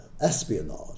espionage